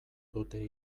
dute